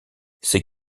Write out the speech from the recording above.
c’est